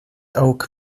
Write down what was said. oak